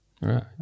Right